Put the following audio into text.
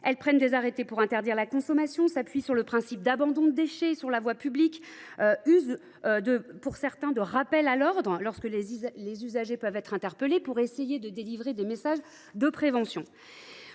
elles prennent des arrêtés pour interdire la consommation, s’appuient sur le principe d’abandon de déchets sur la voie publique et usent pour certaines de rappels à l’ordre, lorsque des usagers sont interpellés, pour essayer de faire passer des messages de prévention.